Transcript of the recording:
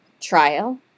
Trial